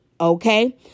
Okay